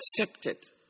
accepted